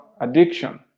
addiction